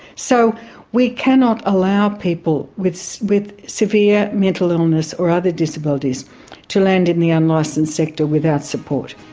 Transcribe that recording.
so we cannot allow people with with severe mental illness or other disabilities to land in the unlicensed sector without support.